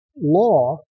law